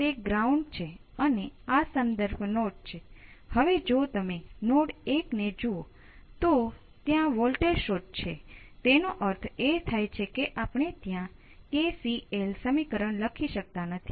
તેથી હું શું કરીશ કે હું RC સર્કિટ ના ઉકેલો મેળવી શકાય છે